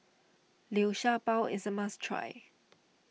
Liu Sha Bao is a must try